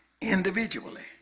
individually